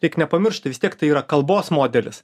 reik nepamiršt vis tiek tai yra kalbos modelis